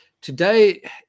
today